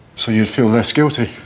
so you feel less guilty.